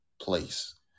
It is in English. place